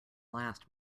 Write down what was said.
last